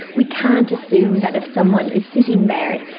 we can't assume that if someone is sitting there,